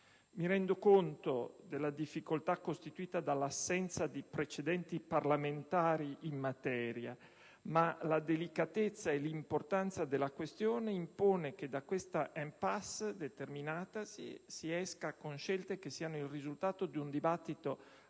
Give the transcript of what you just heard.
Mi rendo conto della difficoltà costituita dall'assenza di precedenti parlamentari in materia, ma la delicatezza e l'importanza della questione impongono che da questa *impasse* determinatasi si esca con scelte che siano il risultato di un dibattito